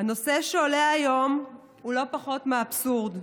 הנושא שעולה היום הוא לא פחות מאבסורד.